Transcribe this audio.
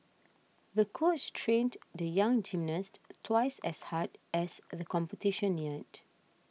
the coach trained the young gymnast twice as hard as the competition neared